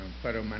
para